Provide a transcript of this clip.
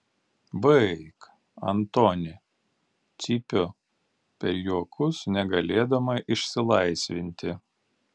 baik antoni cypiu per juokus negalėdama išsilaisvinti